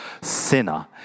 sinner